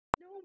no